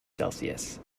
celsius